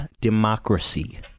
Democracy